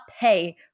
pay